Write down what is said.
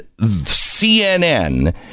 CNN